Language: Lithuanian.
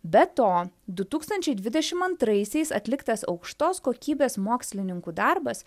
be to du tūkstančiai dvidešim antraisiais atliktas aukštos kokybės mokslininkų darbas